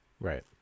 Right